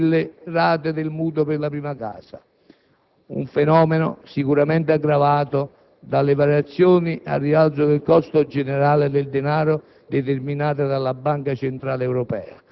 che hanno sottoscritto un mutuo per l'acquisto della prima casa e che per diversi motivi possono trovarsi in situazioni di insolvenza. I dati economici diffusi dagli istituti bancari italiani